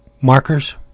markers